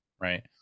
right